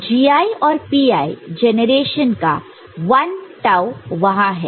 तो Gi और Pi generation का 1 टाऊ वहां है